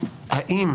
האם